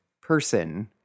person